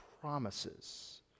promises